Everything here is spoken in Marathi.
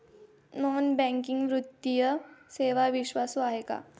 नॉन बँकिंग वित्तीय सेवा विश्वासू आहेत का?